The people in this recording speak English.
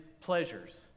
pleasures